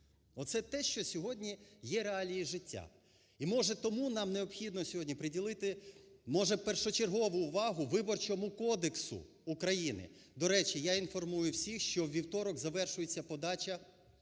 Оце те, що сьогодні є реалії життя. І може тому нам необхідно сьогодні приділити може першочергову увагу Виборчому кодексу України. До речі, я інформую всіх, що у вівторок завершується подача